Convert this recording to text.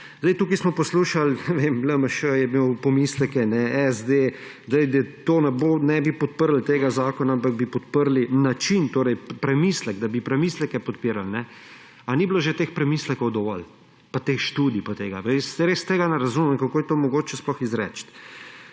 Tukaj smo poslušali, LMŠ je imel pomisleke, SD, ne bi podprli tega zakona, ampak bi podprli način, torej premislek, premisleke bi podpirali. A ni bilo teh premislekov že dovolj, pa teh študij pa tega? Res ne razumem tega, kako je to mogoče sploh izreči.